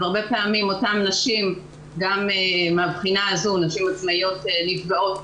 אז הרבה פעמים אותן נשים גם מהבחינה הזאת נשים עצמאיות נפגעות